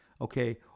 okay